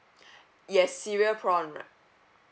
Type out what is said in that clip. yes cereal prawn